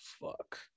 fuck